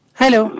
Hello